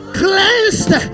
cleansed